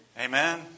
Amen